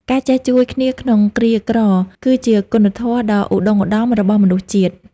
ការចេះជួយគ្នាក្នុងគ្រាក្រ គឺជាគុណធម៌ដ៏ឧត្តុង្គឧត្តមរបស់មនុស្សជាតិ។